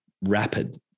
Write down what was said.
rapid